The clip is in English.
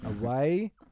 away